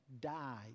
died